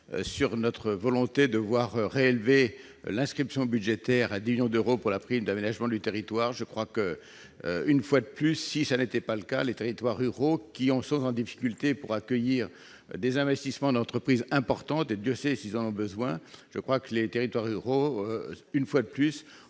sur notre volonté de voir rêver l'inscription budgétaire à 10 millions d'euros pour la prime d'aménagement du territoire, je crois que, une fois de plus, si ça n'était pas le cas, les territoires ruraux qui ont souvent des difficultés pour accueillir des investissements d'entreprises importantes, et Dieu sait s'ils en ont besoin, je crois que les territoires ruraux, une fois de plus,